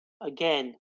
Again